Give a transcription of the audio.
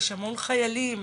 יש המון חיילים,